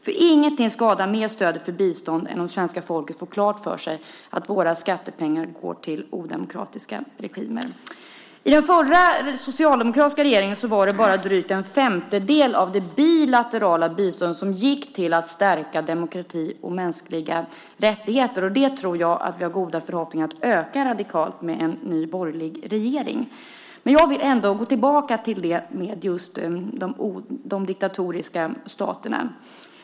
Ingenting är till värre skada för stödet för bistånd än om svenska folket får klart för sig att våra skattepengar går till odemokratiska regimer. Under den förra, socialdemokratiska regeringen var det bara drygt en femtedel av det bilaterala biståndet som gick till att stärka demokrati och mänskliga rättigheter. Det har vi goda förhoppningar att öka radikalt med en borgerlig regering. Jag vill säga ytterligare något om diktaturstaterna.